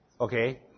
Okay